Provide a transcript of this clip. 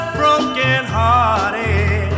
broken-hearted